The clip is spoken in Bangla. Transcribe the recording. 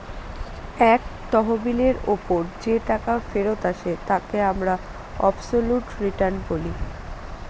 এক তহবিলের ওপর যে টাকা ফেরত আসে তাকে আমরা অবসোলুট রিটার্ন বলি